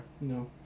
No